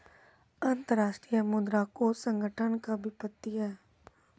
अन्तर्राष्ट्रीय मुद्रा कोष संगठन क वित्तीय सहायता ल काम म लानलो जाय छै